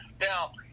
Now